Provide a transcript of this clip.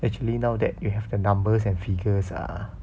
actually now that you have the numbers and figures ah